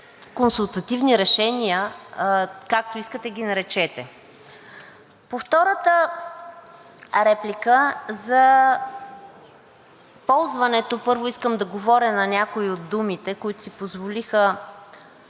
консултативни решения, както искате ги наречете. По втората реплика за ползването, първо, искам да отговоря на някои от думите, които си позволиха